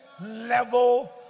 level